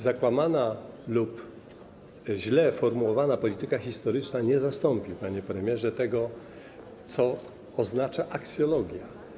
Zakłamana lub źle formułowana polityka historyczna nie zastąpi, panie premierze, tego, co oznacza aksjologia.